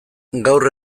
gaur